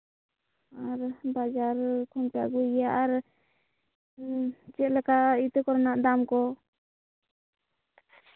ᱟᱨ ᱵᱟᱡᱟᱨ ᱠᱷᱚᱱᱯᱮ ᱟᱹᱜᱩᱭ ᱜᱮᱭᱟ ᱟᱨ ᱪᱮᱫ ᱞᱮᱠᱟ ᱤᱛᱟᱹ ᱠᱚᱨᱮᱱᱟᱜ ᱫᱟᱢ ᱠᱚ